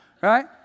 right